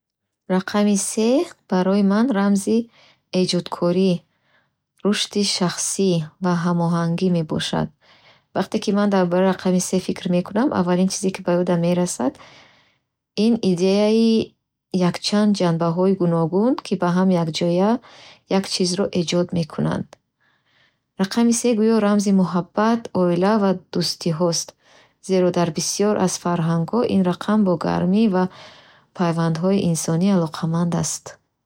Рақами се барои ман рамзи эҷодкорӣ, рушди шахсӣ ва ҳамоҳангӣ мебошад. Вақте ки ман дар бораи рақами се фикр мекунам, аввалин чизе, ки ба ёдам мерасад ин идеяи якчанд ҷанбаҳои гуногун, ки бо ҳам якҷоя як чизро эҷод мекунанд. Рақами се гӯё рамзи муҳаббат, оила ва дӯстиҳост, зеро дар бисёр аз фарҳангҳо ин рақам бо гармӣ ва пайвандҳои инсонӣ алоқаманд аст.